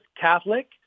Catholic